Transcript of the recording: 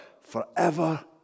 forever